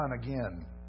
again